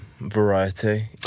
variety